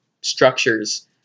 structures